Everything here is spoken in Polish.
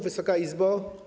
Wysoka Izbo!